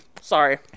Sorry